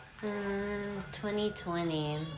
2020